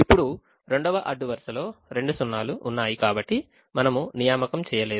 ఇప్పుడు 2వ అడ్డు వరుసలో రెండు సున్నాలు ఉన్నాయి కాబట్టి మనము నియామకం చేయలేదు